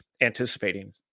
anticipating